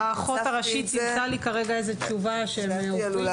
אז האחות הראשית נתנה לי איזו תגובה --- בסדר,